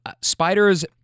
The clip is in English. spiders